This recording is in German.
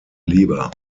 lieber